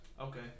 Okay